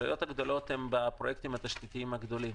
העלויות הגדולות הן בפרויקטים התשתיתיים הגדולים.